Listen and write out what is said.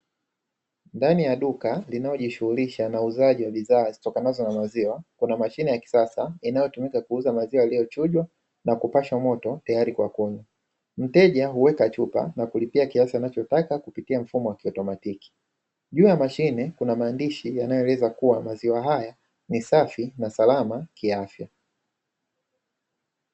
Ndani ya duka linaojishughulisha na uuzaji wa bidhaa zitokanazo na maziwa, kuna mashine ya kisasa inayotumika kuuza maziwa yaliyochujwa na kupashwa moto tayari kwa kunywa; mteja huweka chupa na kulipia kiasi anachotaka kupitia mfumo wa kiautomatiki, juu ya mashine kuna maandishi yanayoeleza kuwa maziwa haya ni safi na salama kiafya.